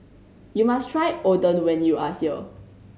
you must try Oden when you are here